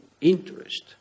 interest